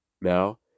Now